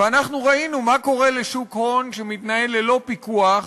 ואנחנו ראינו מה קורה לשוק הון שמתנהל ללא פיקוח,